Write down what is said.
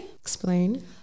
Explain